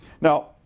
Now